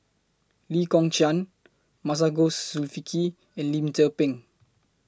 Lee Kong Chian Masagos Zulkifli and Lim Tze Peng